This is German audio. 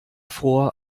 fror